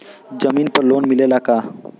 जमीन पर लोन मिलेला का?